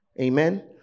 Amen